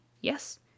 Yes